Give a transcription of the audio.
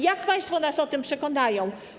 Jak państwo nas o tym przekonają?